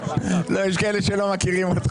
לא, יש כאלה שלא מכירים אותך.